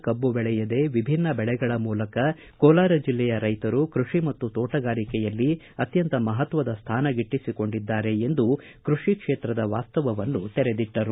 ಕಬ್ಬು ಬೆಳೆಯದೇ ವಿಭಿನ್ನ ಬೆಳೆಗಳ ಮೂಲಕ ಕೋಲಾರ ಜಿಲ್ಲೆಯ ರೈತರು ಕೃಷಿ ಮತ್ತು ತೋಟಗಾರಿಕೆಯಲ್ಲಿ ಅತ್ಯಂತ ಮಹತ್ವದ ಸ್ಥಾನ ಗಿಟ್ಟಿಸಿಕೊಂಡಿದ್ದಾರೆ ಎಂದು ಕೃಷಿ ಕ್ಷೇತ್ರದ ವಾಸ್ತವವನ್ನು ತೆರೆದಿಟ್ಟರು